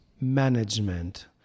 management